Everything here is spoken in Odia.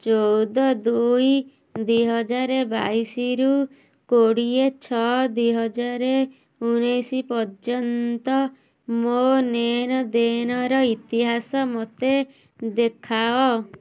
ଚଉଦ ଦୁଇ ଦୁଇହଜାର ବାଇଶରୁ କୋଡ଼ିଏ ଛଅ ଦୁଇହଜାର ଉଣେଇଶ ପର୍ଯ୍ୟନ୍ତ ମୋ ନେଣଦେଣର ଇତିହାସ ମୋତେ ଦେଖାଅ